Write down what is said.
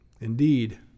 indeed